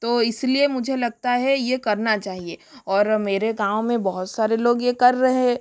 तो इस लिए मुझे लगता है ये करना चाहिए और मेरे गाँव में बहुत सारे लोग ये कर रहे